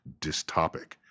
dystopic